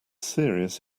serious